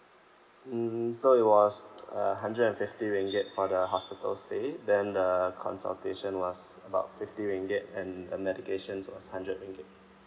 hmm so it was err hundred and fifty ringgit for the hospital stay then the consultation was about fifty ringgit and the medications was hundred ringgit